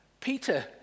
Peter